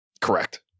Correct